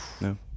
No